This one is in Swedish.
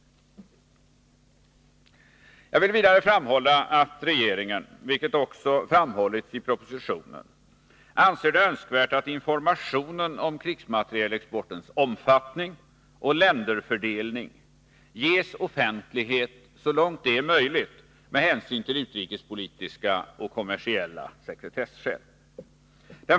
Jag vill vidare framhålla att regeringen — vilket också understrukits i propositionen — anser det önskvärt att informationen om krigsmaterielexportens omfattning och länderfördelning ges offentlighet så långt det är möjligt med hänsyn till utrikespolitiska och kommersiella sekretesskäl.